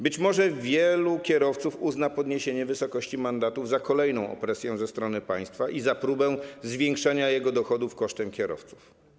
Być może wielu kierowców uzna podniesienie wysokości mandatów za kolejną opresję ze strony państwa i za próbę zwiększenia jego dochodów kosztem kierowców.